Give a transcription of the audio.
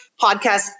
podcast